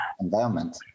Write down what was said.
environment